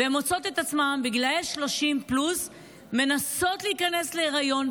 והן מוצאות את עצמן בגילאי 30 פלוס מנסות להיכנס להיריון,